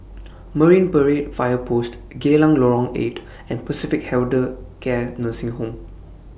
Marine Parade Fire Post Geylang Lorong eight and Pacific Elder Care Nursing Home